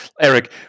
Eric